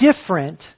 different